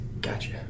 gotcha